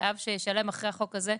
חייב שישלם אחרי החוק הזה,